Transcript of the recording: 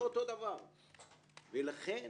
לכן